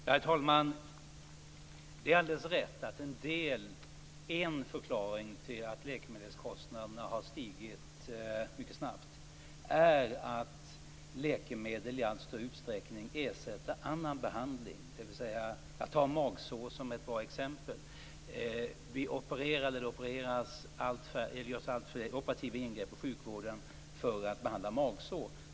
Herr talman! Det är alldeles rätt att en förklaring till att läkemedelskostnaderna har stigit mycket snabbt är att läkemedel i allt större utsträckning ersätter annan behandling. Magsår är ett bra exempel. Det görs allt färre operativa ingrepp i sjukvården för att behandla magsår.